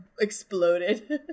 exploded